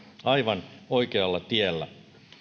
aivan oikealla tiellä